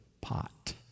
pot